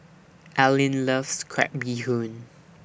Allean loves Crab Bee Hoon